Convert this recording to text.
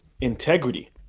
integrity